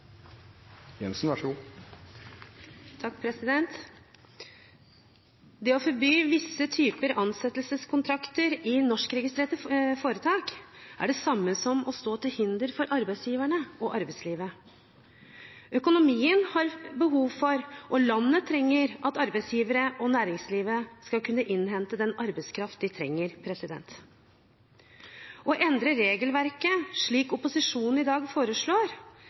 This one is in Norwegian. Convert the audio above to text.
det samme som å være til hinder for arbeidsgiverne og arbeidslivet. Økonomien har behov for, og landet trenger, at arbeidsgivere og næringslivet skal kunne innhente den arbeidskraften de trenger. Å endre regelverket, slik opposisjonen i dag foreslår,